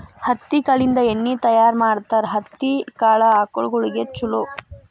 ಹತ್ತಿ ಕಾಳಿಂದ ಎಣ್ಣಿ ತಯಾರ ಮಾಡ್ತಾರ ಹತ್ತಿ ಕಾಳ ಆಕಳಗೊಳಿಗೆ ಚುಲೊ